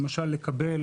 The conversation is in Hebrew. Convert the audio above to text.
למשל לקבל